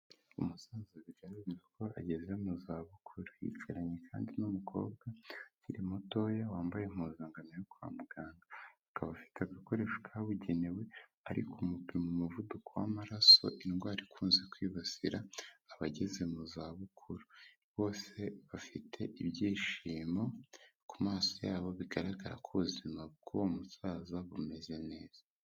Umusaza bigaragara ko ageze mu zabukuru. Yicaranye kandi n'umukobwa ukiri mutoya wambaye impuzankano yo kwa muganga. Akaba afite agakoresho kabugenewe, ari kumupima umuvuduko w'amaraso indwara ikunze kwibasira abageze mu zabukuru. Bose bafite ibyishimo ku maso yabo, bigaragara ko ubuzima bw'uwo musaza bumeze neza.